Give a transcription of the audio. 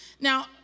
Now